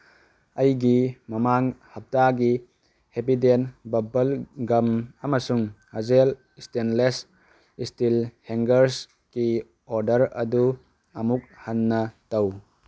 ꯑꯩꯒꯤ ꯃꯃꯥꯡ ꯍꯞꯇꯥꯒꯤ ꯍꯦꯞꯄꯤꯗꯦꯟ ꯕꯕꯜ ꯒꯝ ꯑꯃꯁꯨꯡ ꯍꯖꯦꯜ ꯏꯁꯇꯦꯟꯂꯦꯁ ꯏꯁꯇꯤꯜ ꯍꯦꯡꯒꯔꯁꯀꯤ ꯑꯣꯔꯗꯔ ꯑꯗꯨ ꯑꯃꯨꯛ ꯍꯟꯅ ꯇꯧ